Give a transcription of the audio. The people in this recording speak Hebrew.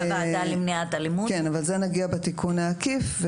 לזה נגיע בתיקון העקיף,